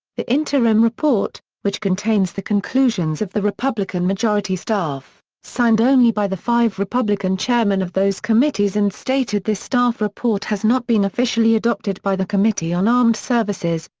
the interim report, which contains the conclusions of the republican majority staff, signed only only by the five republican chairmen of those committees and stated this staff report has not been officially adopted by the committee on armed services,